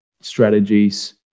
strategies